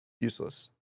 useless